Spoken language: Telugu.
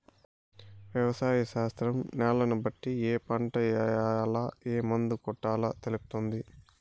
వ్యవసాయ శాస్త్రం న్యాలను బట్టి ఏ పంట ఏయాల, ఏం మందు కొట్టాలో తెలుపుతుంది